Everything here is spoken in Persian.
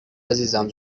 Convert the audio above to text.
عزیزم